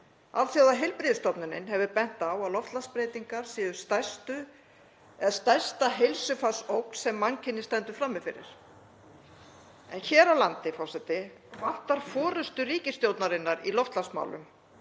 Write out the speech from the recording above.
Alþjóðaheilbrigðismálastofnunin hefur bent á að loftslagsbreytingar séu stærsta heilsufarsógn sem mannkynið stendur frammi fyrir. En hér á landi, forseti, vantar forystu ríkisstjórnarinnar í loftslagsmálum.